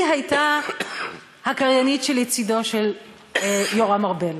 היא הייתה הקריינית שלצדו של יורם ארבל.